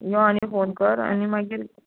यो आनी फोन कर आनी मागीर